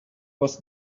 was